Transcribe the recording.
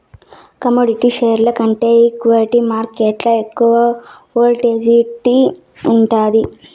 కమోడిటీస్ల కంటే ఈక్విటీ మార్కేట్లల ఎక్కువ వోల్టాలిటీ ఉండాది